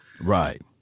right